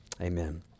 Amen